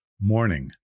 morning